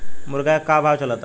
मुर्गा के का भाव चलता?